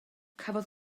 cafodd